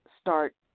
start